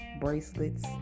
bracelets